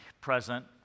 present